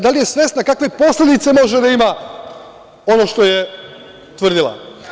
Da li je svesna kakve posledice može da ima ono što je tvrdila?